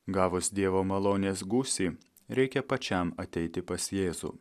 gavus dievo malonės gūsį reikia pačiam ateiti pas jėzų